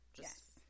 Yes